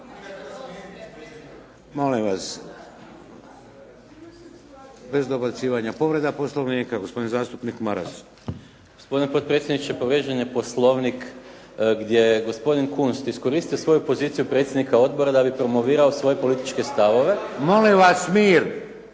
Molim vas! Bez dobacivanja. Povreda Poslovnika, gospodin zastupnik Maras. **Maras, Gordan (SDP)** Gospodine potpredsjedniče, povrijeđen je Poslovnik gdje je gospodin Kunst iskoristio svoju poziciju predsjednika odbora da bi promovirao svoje političke stavove. **Šeks,